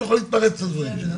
אתה לא יכול להתפרץ לדברים שלו.